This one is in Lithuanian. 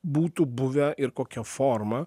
būtų buvę ir kokia forma